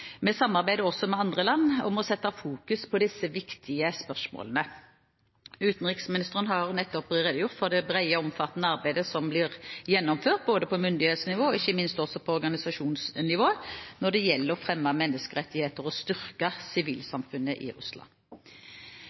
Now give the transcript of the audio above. også med andre land om å fokusere på disse viktige spørsmålene. Utenriksministeren har nettopp redegjort for det brede og omfattende arbeidet som blir gjennomført både på myndighetsnivå og ikke minst på organisasjonsnivå når det gjelder å fremme menneskerettigheter og styrke sivilsamfunnet i Russland.